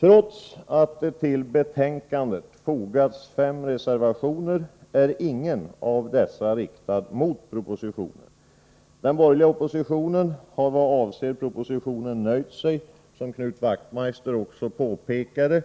Trots att det till betänkandet fogats fem reservationer är ingen av dessa riktad mot propositionen. Den borgerliga oppositionen har vad avser propositionen nöjt sig, som Knut Wachtmeister också påpekade,